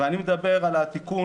אני מדבר על התיקון,